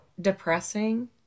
depressing